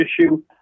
issue